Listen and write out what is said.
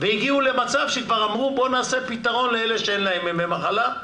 והגיעו למצב שכבר אמרו: בוא ניתן פתרון לאלה שאין להם ימי מחלה,